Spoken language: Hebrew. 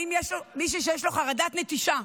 האם מישהו שיש לו חרדת נטישה,